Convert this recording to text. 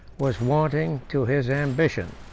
was wanting to his ambition.